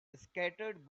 scattered